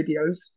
videos